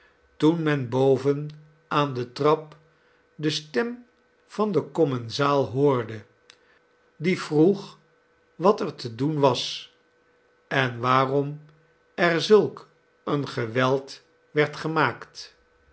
quilp men boven aan de trap de stem van den commensaal hoorde die vroeg wat er te doen was en waarom er zulk een geweld werd gemaakt